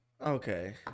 Okay